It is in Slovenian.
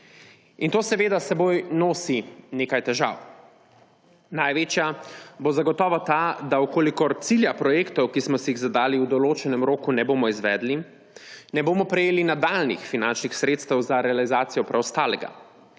To seveda s seboj nosi nekaj težav. Največja bo zagotovo ta, da v kolikor cilja projektov, ki smo si jih zadali, v določenem roku ne bomo izvedli, ne bomo prejeli nadaljnjih finančnih sredstev za realizacijo preostalega,